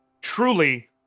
truly